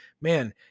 Man